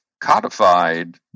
codified